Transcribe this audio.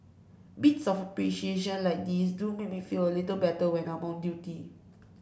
bits of appreciation like these do make me feel a little better when I'm on duty